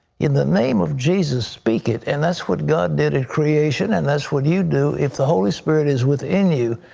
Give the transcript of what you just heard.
in the name of jesus, speak it. and that's what god did in creation, and that's what you do if the holy spirit is within you.